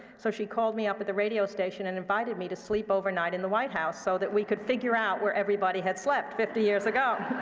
so she called me up at the radio station and invited me to sleep overnight in the white house so that we could figure out where everybody had slept fifty years ago.